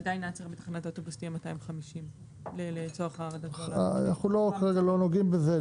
עדיין העצירה בתחנת אוטובוס תהיה 250. אנחנו כרגע לא נוגעים בזה.